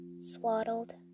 Swaddled